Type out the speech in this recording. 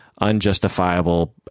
unjustifiable